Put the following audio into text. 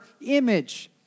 image